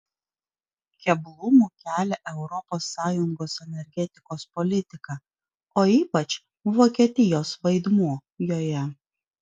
keblumų kelia europos sąjungos energetikos politika o ypač vokietijos vaidmuo joje